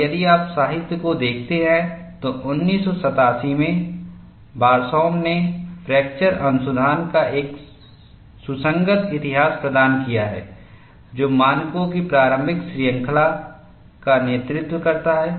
और यदि आप साहित्य को देखते हैं तो 1987 में बार्सौम ने फ्रैक्चर अनुसंधान का एक सुसंगत इतिहास प्रदान किया है जो मानकों की प्रारंभिक श्रृंखला का नेतृत्व करता है